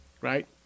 right